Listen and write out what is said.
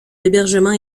l’hébergement